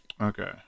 Okay